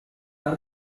per